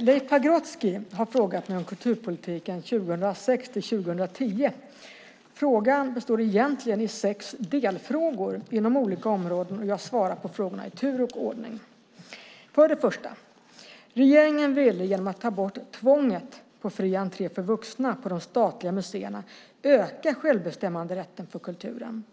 Leif Pagrotsky har frågat mig om kulturpolitiken 2006-2010. Frågan består egentligen av sex delfrågor inom olika områden, och jag svarar på frågorna i tur och ordning. För det första: Regeringen ville genom att ta bort tvånget på fri entré för vuxna på de statliga museerna öka självbestämmanderätten för kulturen.